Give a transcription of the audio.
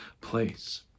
place